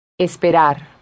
Esperar